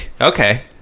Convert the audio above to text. Okay